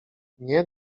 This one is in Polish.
nie